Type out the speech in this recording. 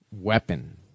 weapon